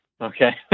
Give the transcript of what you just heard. okay